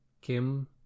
Kim